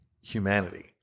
humanity